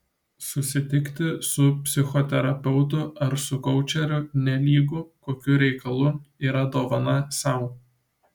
susitikti su psichoterapeutu ar su koučeriu nelygu kokiu reikalu yra dovana sau